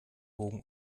bogen